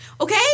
Okay